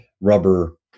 rubber